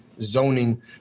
zoning